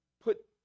put